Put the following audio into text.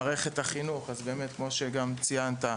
מערכת החינוך אז באמת כמו שגם ציינת,